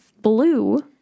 blue